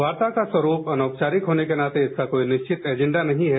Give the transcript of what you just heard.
वार्ता का स्वरूप अनौपचारिक होने के नाते इसका कोई निश्चित एजेंडा नहीं है